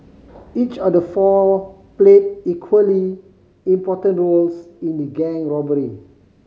each of the four played equally important roles in the gang robbery